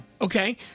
Okay